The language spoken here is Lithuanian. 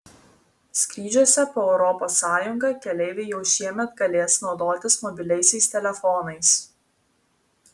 skrydžiuose po europos sąjungą keleiviai jau šiemet galės naudotis mobiliaisiais telefonais